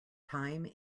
time